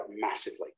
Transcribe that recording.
massively